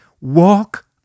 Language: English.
Walk